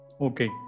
okay